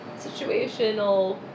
situational